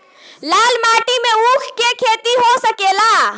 लाल माटी मे ऊँख के खेती हो सकेला?